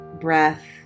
breath